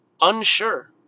unsure